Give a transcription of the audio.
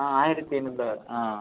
ஆ ஆயிரத்தி எண்ணூறு தான் ஆ